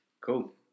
Cool